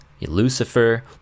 Lucifer